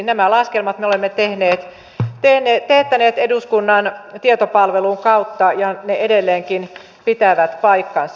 nämä laskelmat me olemme teettäneet eduskunnan tietopalvelun kautta ja ne edelleenkin pitävät paikkansa